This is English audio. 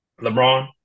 LeBron